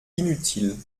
inutile